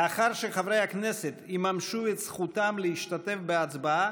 לאחר שחברי הכנסת יממשו את זכותם להשתתף בהצבעה,